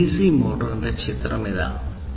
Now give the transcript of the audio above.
ഒരു ഡിസി മോട്ടോറിന്റെ ചിത്രം ഇതാ